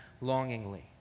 longingly